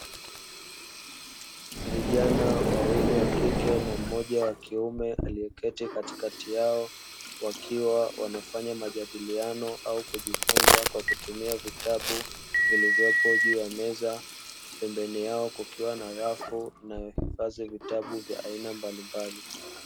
Vijana wawili wa kike na mmoja wa kiume aliyeketi katikati yao wakiwa wanafanya majadiliano au kujifunza kwa kutumia vitabu vilivyopo juu ya meza, pembeni yao kukiwa na rafu inayohifadhi vitabu vya aina mbalimbali .